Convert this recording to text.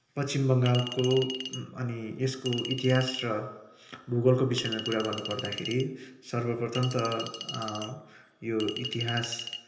पश्चिम बङ्गालको अनि यसको इतिहास र भूगोलको विषयमा कुरो गर्न पर्दाखेरि सर्वप्रथम त यो इतिहास